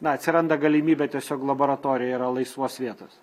na atsiranda galimybė tiesiog laboratorijoj yra laisvos vietos